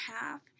half